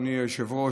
אדוני היושב-ראש,